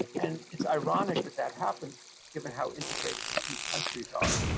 and it's ironic that that happens given how integrated the two countries are.